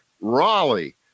Raleigh